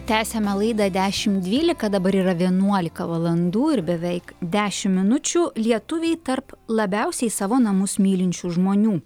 tęsiame laidą dešim dvylika dabar yra vienuolika valandų ir beveik dešim minučių lietuviai tarp labiausiai savo namus mylinčių žmonių